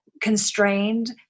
constrained